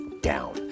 down